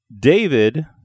David